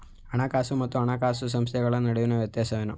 ಹಣಕಾಸು ಮತ್ತು ಹಣಕಾಸು ಸಂಸ್ಥೆಗಳ ನಡುವಿನ ವ್ಯತ್ಯಾಸವೇನು?